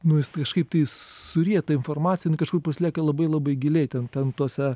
nu jis tai kažkaip tai jis suryja tą informaciją jinai kažkur pasilieka labai labai giliai ten ten tuose